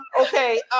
Okay